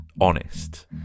honest